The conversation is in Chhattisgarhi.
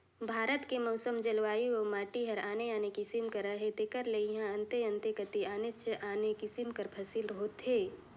भारत कर मउसम, जलवायु अउ माटी हर आने आने किसिम कर अहे तेकर ले इहां अन्ते अन्ते कती आनेच आने किसिम कर फसिल होथे